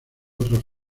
otros